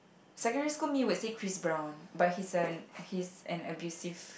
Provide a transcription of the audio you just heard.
secondary school me would say Chris-Brown but he's an he's an abusive